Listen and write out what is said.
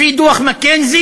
לפי דוח "מקינזי",